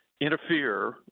interfere